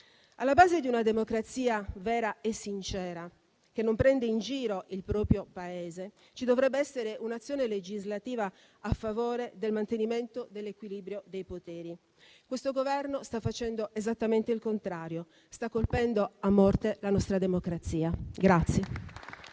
Alla base di una democrazia vera e sincera, che non prende in giro il proprio Paese, ci dovrebbe essere un'azione legislativa a favore del mantenimento dell'equilibrio dei poteri, ma il Governo sta facendo esattamente il contrario: sta colpendo a morte la nostra democrazia.